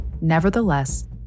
Nevertheless